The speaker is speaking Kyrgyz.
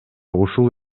ушул